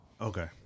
Okay